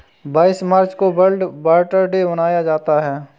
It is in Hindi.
बाईस मार्च को वर्ल्ड वाटर डे मनाया जाता है